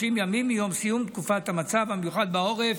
ימים מיום סיום תקופת המצב המיוחד בעורף.